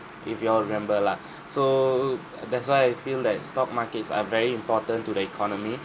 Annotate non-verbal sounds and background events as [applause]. if you all remember lah [breath] so uh that's why I feel that stock markets are very important to the economy